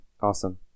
Awesome